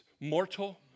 mortal